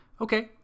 Okay